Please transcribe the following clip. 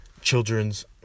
children's